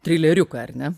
trileriuką ar ne